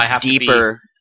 deeper